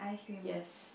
yes